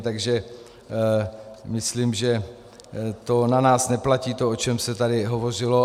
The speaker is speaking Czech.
Takže myslím, že na nás neplatí to, o čem se tady hovořilo.